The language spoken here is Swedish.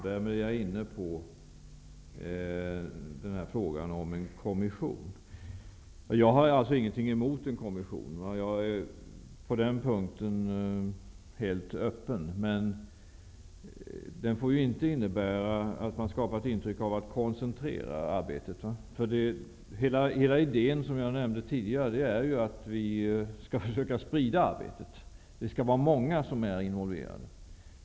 Därmed är jag inne på frågan om en kommission. Jag har ingenting emot en kommission. På den punkten är jag helt öppen. Men en sådan får inte innebära att vi skapar ett intryck av att arbetet koncentreras. Hela idén är ju att vi skall försöka sprida arbetet. Det skall vara många involverade.